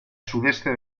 sudeste